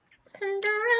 Cinderella